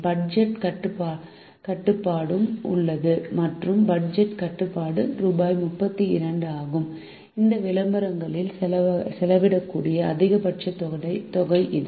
budget கட்டுப்பாடும் உள்ளது மற்றும் பட்ஜெட் கட்டுப்பாடு ரூபாய் 32 ஆகும் இந்த விளம்பரங்களில் செலவிடக்கூடிய அதிகபட்ச தொகை இது